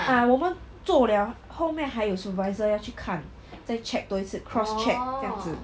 uh 我们做了后面还有 supervisor 要去看再 check 多一次 cross check 这样子